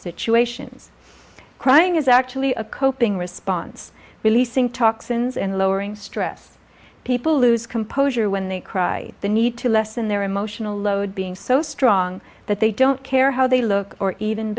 situations crying is actually a coping response releasing toxins and lowering stress people lose composure when they cried the need to lessen their emotional load being so strong that they don't care how they look or even